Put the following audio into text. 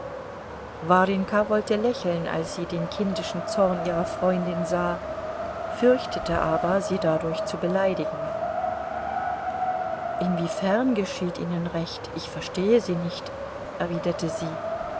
warjenka wollte lächeln als sie den kindischen zorn ihrer freundin sah fürchtete aber sie dadurch zu beleidigen inwiefern geschieht ihnen recht ich verstehe sie nicht erwiderte sie